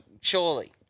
surely